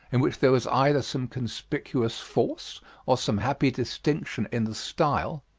in which there was either some conspicuous force or some happy distinction in the style,